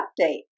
update